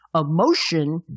emotion